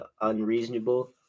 unreasonable